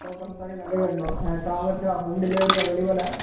सौ पंजेतालीह लॻी वेंदो तव्हां वटि छा होम डिलीवरी अवेलेबल आहे